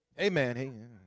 Amen